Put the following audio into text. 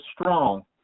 strong